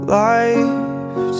life